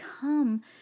come